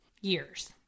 years